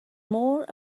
more